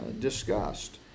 discussed